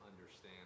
understand